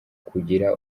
kugira